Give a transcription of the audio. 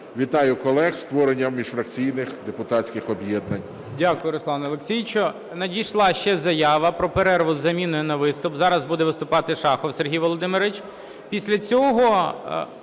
Вітаю колег з створенням міжфракційних депутатських об'єднань.